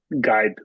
guide